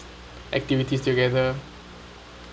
activities together